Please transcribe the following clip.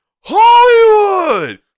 Hollywood